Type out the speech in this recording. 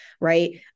right